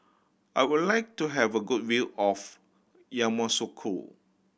I would like to have a good view of Yamoussoukro